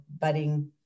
budding